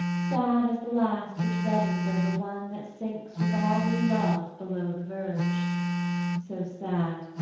sad as the last which reddens over one that sinks with all we love below the verge so sad,